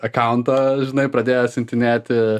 akaunto žinai pradėjo siuntinėti